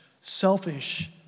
selfish